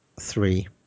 three